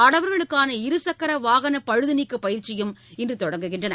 ஆடவர்களுக்கான இருசக்கரவாகனபழுதுநீக்குபயிற்சியும் இன்றுதொடங்குகின்றன